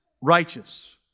righteous